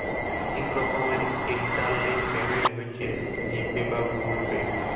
ইক রকমের internet payment হছে জি পে বা গুগল পে